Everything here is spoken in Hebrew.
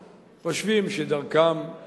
אשר מגיעים לגיל של שירות צבאי,